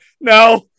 No